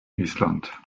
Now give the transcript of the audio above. island